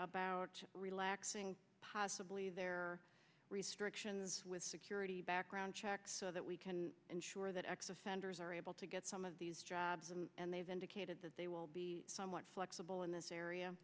about relaxing possibly their restrictions with security background checks so that we can ensure that x offenders are able to get some of these jobs and they've indicated that they will be somewhat flexible in this area